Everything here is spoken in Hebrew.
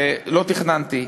ולא תכננתי,